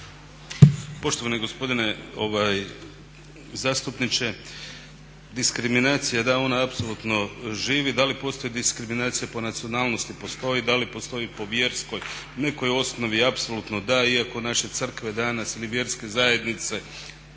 Poštovani gospodine zastupniče, diskriminacija da ona apsolutno živi. Da li postoji diskriminacija po nacionalnosti? Postoji. Da li postoji po vjerskoj i nekoj osnovi? Apsolutno da iako naše crkve danas ni vjerske zajednice